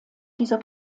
dieser